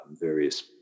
various